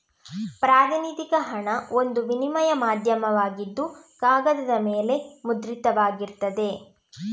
ಪ್ರಾತಿನಿಧಿಕ ಹಣ ಒಂದು ವಿನಿಮಯ ಮಾಧ್ಯಮವಾಗಿದ್ದು ಕಾಗದದ ಮೇಲೆ ಮುದ್ರಿತವಾಗಿರ್ತದೆ